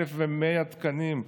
1,100 תקנים,